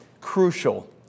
crucial